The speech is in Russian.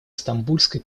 стамбульской